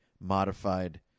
modified